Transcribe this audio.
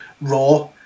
raw